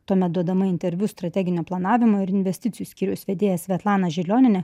tuomet duodama interviu strateginio planavimo ir investicijų skyriaus vedėja svetlana žilionienė